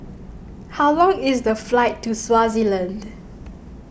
how long is the flight to Swaziland